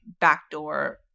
backdoor